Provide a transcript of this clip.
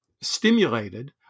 stimulated